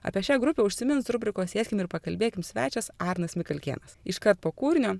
apie šią grupę užsimins rubrikos sėskim ir pakalbėkim svečias arnas mikalkėnas iškart po kūrinio